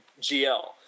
GL